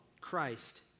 Christ